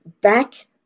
back